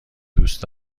دوست